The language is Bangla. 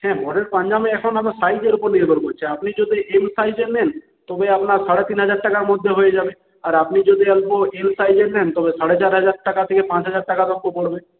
হ্যাঁ বরের পাঞ্জাবী এখন আবার সাইজের ওপর নির্ভর করছে আপনি যদি এম সাইজের নেন তবে আপনার সাড়ে তিন হাজার টাকার মধ্যে হয়ে যাবে আর আপনি যদি এল ও এল সাইজের নেন তবে সাড়ে চার হাজার টাকা থেকে পাঁচ হাজার টাকার ওপর হবে